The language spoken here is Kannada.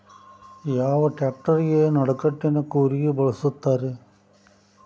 ಯಾವ ಟ್ರ್ಯಾಕ್ಟರಗೆ ನಡಕಟ್ಟಿನ ಕೂರಿಗೆ ಬಳಸುತ್ತಾರೆ?